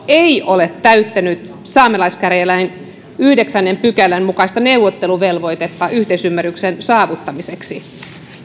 ei ole täyttänyt saamelaiskäräjälain yhdeksännen pykälän mukaista neuvotteluvelvoitetta yhteisymmärryksen saavuttamiseksi